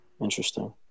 interesting